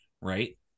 right